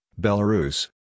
Belarus